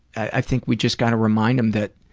i think we just gotta remind them that